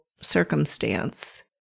circumstance